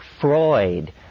Freud